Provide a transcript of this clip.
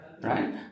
right